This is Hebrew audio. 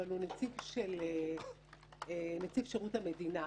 אבל הוא נציב שירות המדינה,